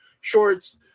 shorts